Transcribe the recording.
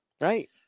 Right